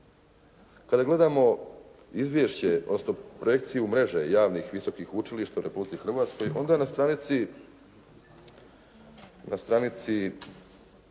odnosno projekciju mreže javnih visokih učilišta u Republici Hrvatskoj, onda na stranici